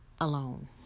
alone